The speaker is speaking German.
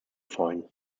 freuen